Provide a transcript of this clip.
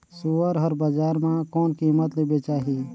सुअर हर बजार मां कोन कीमत ले बेचाही?